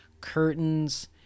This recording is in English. curtains